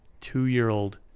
two-year-old